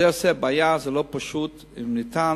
זה גורם בעיה, זה לא פשוט משפטית.